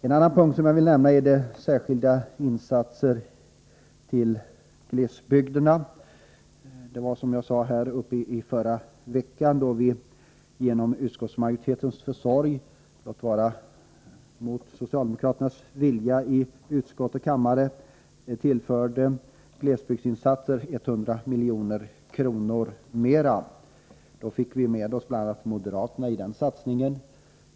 En annan punkt som jag vill nämna är de särskilda insatserna för glesbygderna. Under förra veckan tillfördes på utskottsmajoritetens förslag, men mot vad socialdemokraterna i utskott och kammare önskade, glesbygdsinsatserna ytterligare 100 milj.kr. Vi fick med oss bl.a. moderaterna i den satsningen.